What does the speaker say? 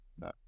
No